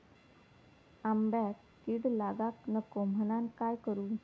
आंब्यक कीड लागाक नको म्हनान काय करू?